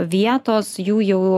vietos jų jau